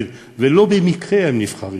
ולא במקרה הם נבחרים,